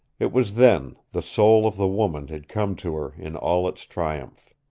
it was then the soul of the woman had come to her in all its triumph.